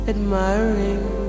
Admiring